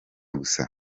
gusa